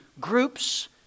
groups